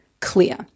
clear